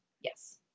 Yes